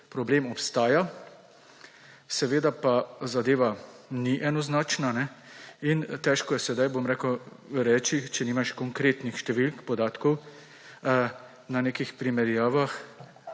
torej obstaja, seveda pa zadeva ni enoznačna in težko je sedaj reči, če nimaš konkretnih številk, podatkov, na nekih primerjavah